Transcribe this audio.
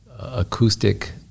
Acoustic